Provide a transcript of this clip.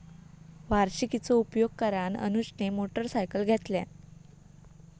वार्षिकीचो उपयोग करान अनुजने मोटरसायकल घेतल्यान